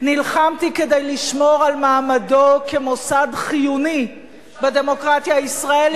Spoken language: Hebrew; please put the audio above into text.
נלחמתי כדי לשמור על מעמדו כמוסד חיוני בדמוקרטיה הישראלית.